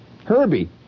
Herbie